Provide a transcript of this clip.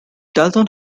dalton